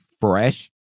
fresh